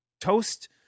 Toast